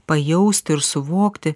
pajausti ir suvokti